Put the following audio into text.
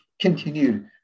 continued